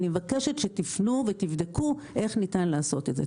אני מבקשת שתפנו ותבדקו איך ניתן לעשות את זה.